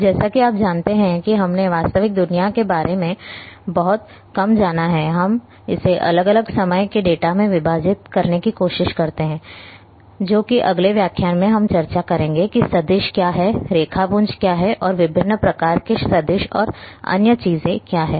अब जैसा कि आप जानते हैं कि हमने वास्तविक दुनिया के बारे में बहुत कम जाना है हम इसे अलग अलग समय के डेटा में विभाजित करने की कोशिश करते हैं जो कि अगले व्याख्यान में हम चर्चा करेंगे कि सदिश क्या है रेखापुंज क्या है और विभिन्न प्रकार के सदिश और अन्य चीजें क्या हैं